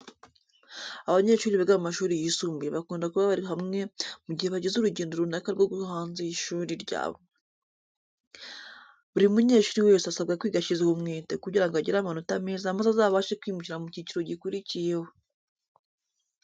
Abanyeshuri biga mu mashuri yisumbuye bakunda kuba bari hamwe mu gihe bagize urugendo runaka rwo hanze y'ishuri ryabo. Buri munyeshuri wese asabwa kwiga ashyizeho umwete kugira ngo agire amanota meza maze azabashe kwimukira mu cyiciro gikurikiyeho.